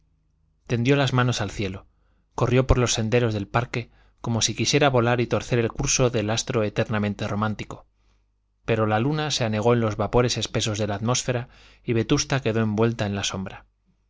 tendió las manos al cielo corrió por los senderos del parque como si quisiera volar y torcer el curso del astro eternamente romántico pero la luna se anegó en los vapores espesos de la atmósfera y vetusta quedó envuelta en la sombra